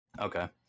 Okay